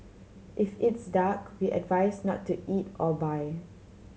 if it's dark we advise not to eat or buy